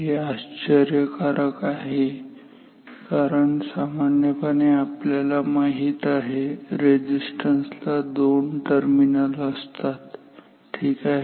हे आश्चर्यकारक आहे कारण सामान्यपणे आपल्याला माहित आहे रेझिस्टन्स ला दोन टर्मिनल असतात ठीक आहे